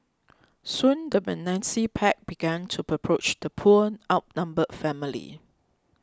soon the menacing pack began to approach the poor outnumbered family